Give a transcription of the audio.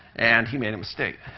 and he made a mistake.